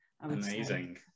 Amazing